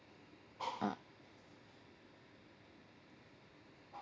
uh